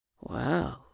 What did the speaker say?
Wow